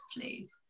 please